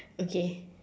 okay